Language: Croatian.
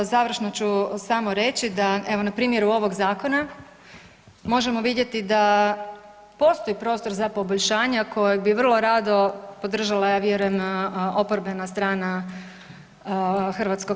Završno ću samo reći da evo na primjeru ovog zakona možemo vidjeti da postoji prostor za poboljšanje, a kojeg bi vrlo rado podržala, ja vjerujem, oporbena strana HS.